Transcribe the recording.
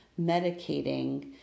medicating